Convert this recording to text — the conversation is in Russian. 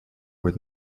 быть